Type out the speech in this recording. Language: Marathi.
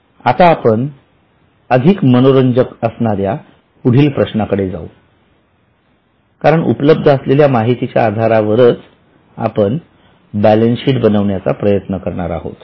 आता आपण अधिक मनोरंजक असणाऱ्या पुढील प्रश्नाकडे जावू कारण उपलब्ध असलेल्या माहितीच्या आधारावरच आपण बॅलन्सशीट बनविण्याचा प्रयत्न करणार आहोत